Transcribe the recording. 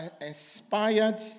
inspired